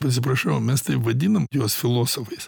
pasiprašau mes tai vadinam juos filosofais